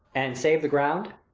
and save the ground?